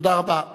תודה רבה.